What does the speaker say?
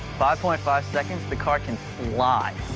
five point five seconds. the car can fly.